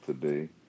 today